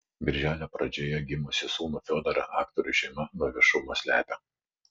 birželio pradžioje gimusį sūnų fiodorą aktorių šeima nuo viešumo slepia